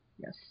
Yes